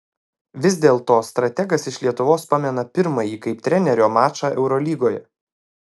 vis dėlto strategas iš lietuvos pamena pirmąjį kaip trenerio mačą eurolygoje